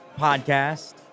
podcast